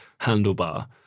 handlebar